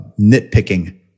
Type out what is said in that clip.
nitpicking